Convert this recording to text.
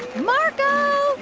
marco